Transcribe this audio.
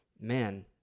Man